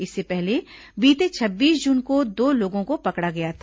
इससे पहले बीते छब्बीस जून को दो लोगों को पकडा गया था